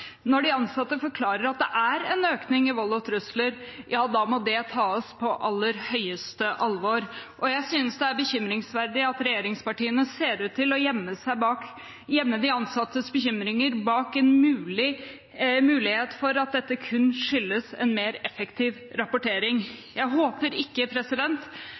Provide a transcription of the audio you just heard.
Når de ansatte forklarer at det er en økning i vold og trusler, må det tas på aller høyeste alvor. Jeg synes det er bekymringsfullt at regjeringspartiene ser ut til å gjemme de ansattes bekymringer bak en mulighet for at dette kun skyldes en mer effektiv rapportering. Jeg håper ikke